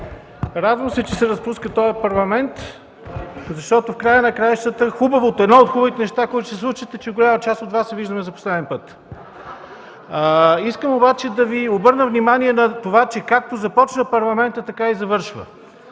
Радвам се, че се разпуска този Парламент, защото в края на краищата едно от хубавите неща, които ще се случат, е, че с голяма част от Вас се виждаме за последен път! Искам обаче да Ви обърна внимание, че както започна Парламентът, така и завършва.